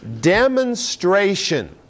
demonstration